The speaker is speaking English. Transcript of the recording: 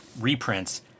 reprints